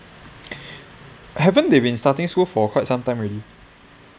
haven't they been starting school for quite some time really